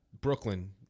brooklyn